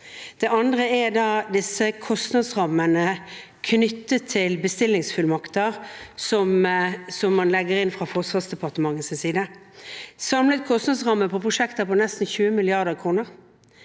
Det andre er kostnadsrammene knyttet til bestillingsfullmakter som man legger inn fra Forsvarsdepartementets side: en samlet kostnadsram me for prosjekter på nesten 20 mrd. kr